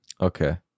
Okay